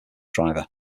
driver